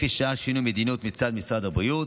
לפי שעה אין שינוי מדיניות מצד משרד הבריאות,